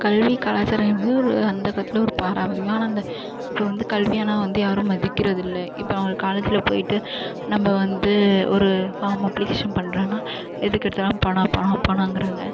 கல்வி கலாச்சாரம் என்பது ஒரு அந்த காலத்தில் ஒரு பாரம்பரியம் ஆனால் இந்த இப்போ வந்து கல்வியானா வந்து யாரும் மதிக்கிறது இல்லை இப்போ அவுங் காலேஜில் போய்ட்டு நம்ப வந்து ஒரு ஃபாம் அப்ளிகேஷன் பண்றேனா எதுக்கெடுத்தாலும் பணம் பணம் பணங்குறாங்க